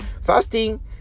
fasting